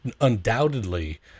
undoubtedly